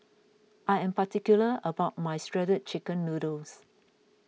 I am particular about my Shredded Chicken Noodles